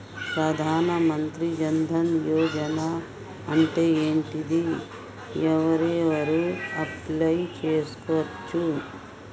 ప్రధాన మంత్రి జన్ ధన్ యోజన అంటే ఏంటిది? ఎవరెవరు అప్లయ్ చేస్కోవచ్చు?